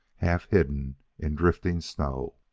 half hidden in drifting snow.